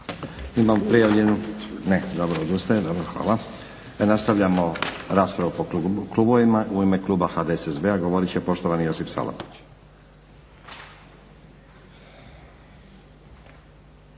Imam prijavljenu, ne dobro odustaje. Dobro, hvala. Nastavljamo raspravu po klubovima. U ime kluba HDSSB-a govorit će poštovani Josip Salapić.